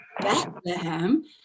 Bethlehem